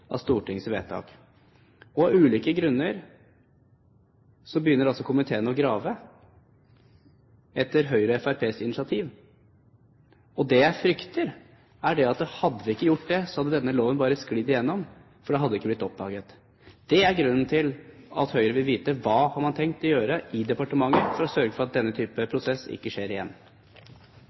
av Stortingets vedtak. Av ulike grunner begynner altså komiteen å grave etter initiativ fra Høyre og Fremskrittspartiet. Det jeg frykter, er at hadde vi ikke gjort det, hadde denne loven bare sklidd igjennom, for det hadde ikke blitt oppdaget. Det er grunnen til at Høyre vil vite hva man har tenkt å gjøre i departementet for å sørge for at denne type prosess ikke skjer igjen.